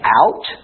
out